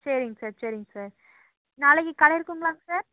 சரிங்க சார் சரிங்க சார் நாளைக்கு கடை இருக்கும்ங்களாங்க சார்